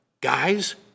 guys